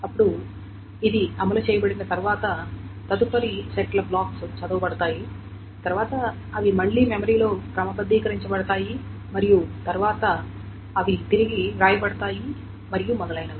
అప్పుడు అది అమలు చేయబడిన తర్వాత తదుపరి సెట్ల బ్లాక్స్ చదవబడతాయి తర్వాత అవి మళ్లీ మెమరీలో క్రమబద్ధీకరించబడతాయి మరియు తరువాత అవి తిరిగి వ్రాయబడతాయి మరియు మొదలైనవి